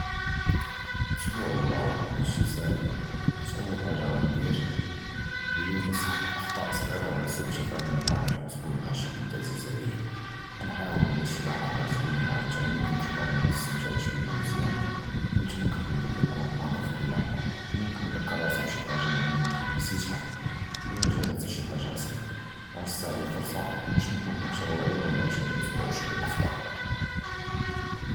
אָסְבוּע לִל-וּרַאא הַדִּי סַאהֵל, חִית אוּל חַאגָה גַאנְדִיר הִי גַאנְסַחַּח אִל-אַחְטָ'את אִל-סְגִ'ירָה וְלָא סוּא תַּפָּהאֻם וֹقַע דָּאקּ אִל-אַסְבוּע עִם שִי חַד עַזִיז עַלַיָא, גַאנְחַאוּל נַעַיֵּש שִי לַחְזָאת זּוּיְּנָה עַאוּד תָּאנִי קִאנְת רֻבַּּמָא מָאסְתַמְתְעְתּש בִּיהָא מְזְיַאן וְנִתַּאכְּד בְּלִי קִנְקוּן חָאֲדֵר פִי כֹּל לַחְזָה, מֻמְכִּן נִזְכֵּר רַאסִי בְּשִי חַאגָה מֻהִימָּה קִנְת נִסְתַעְמֵל אוּ לָא נִגְ'הַּזּ לְשִי חַאגָה חַסָּן, גַאנְסְתַעְמֵל אִל-פְרְסָה בַּשּׁ נִקוּן אַכְתַר וְעִיַא וְנַעַיֵּש הַדִּי אַסְבוּע בִּשְּׁקֶל אַפְדַל.